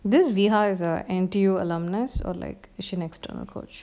this is a N_T_U alumnus or like is she external coach